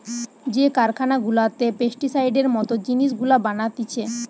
যে কারখানা গুলাতে পেস্টিসাইডের মত জিনিস গুলা বানাতিছে